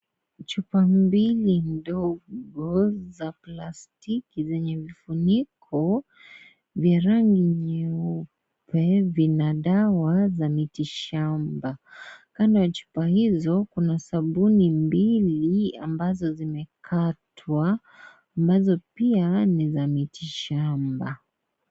Chupa mbili ndogo za plastiki zenye vifuniko vya rangi nyeupe vina dawa za mitishamba. Kando ya chupa hizo kuna sabuni mbili ambazo zimekatwa ambazo pia ni za mitishamba.